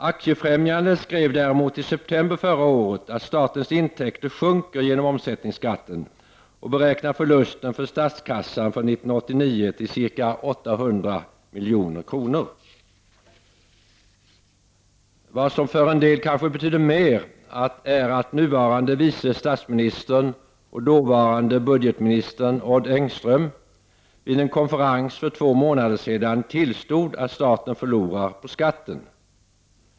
Aktiefrämjandet skrev däremot i september förra året att statens intäkter sjunker genom omsättningsskatten och beräknar förlusten för statskassan för 1989 till ca 800 milj.kr. Vad som för en del kanske betyder mer är att nuvarande vice statsministern och dåvarande budgetministern Odd Engström vid en konferens för två månader sedan tillstod att staten förlorar på skatten.